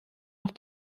nach